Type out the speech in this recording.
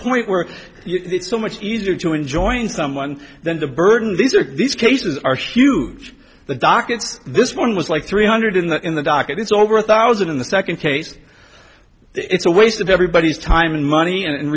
point where it's so much easier to enjoin someone than the burden these are these cases are huge the dockets this one was like three hundred in the in the docket it's over a thousand in the second case it's a waste of everybody's time and money and